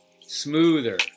smoother